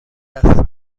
است